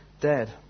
dead